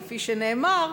כפי שנאמר,